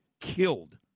killed